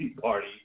party